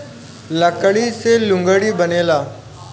लकड़ी से लुगड़ी बनेला